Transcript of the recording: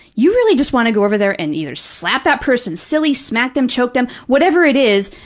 you really just want to go over there and either slap that person silly, smack them, choke them, whatever it is,